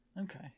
okay